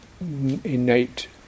innate